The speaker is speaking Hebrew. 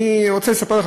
אני רוצה לספר לך,